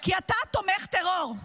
/ כי אתה תומך טרור.